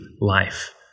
life